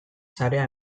sarea